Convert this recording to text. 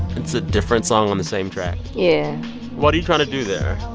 it's a different song on the same track yeah what are you trying to do there?